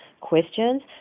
questions